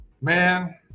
Man